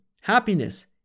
happiness